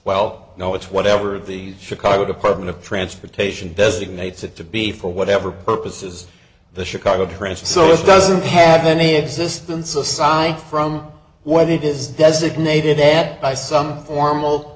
well know it's whatever the chicago department of transportation designates it to be for whatever purposes the chicago transit service doesn't have any existence aside from what it is designated at by some formal